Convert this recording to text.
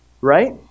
Right